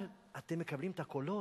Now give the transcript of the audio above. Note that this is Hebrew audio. אבל אתם מקבלים את הקולות.